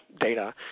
data